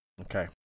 Okay